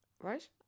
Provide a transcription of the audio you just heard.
Right